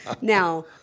now